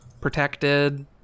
protected